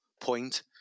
point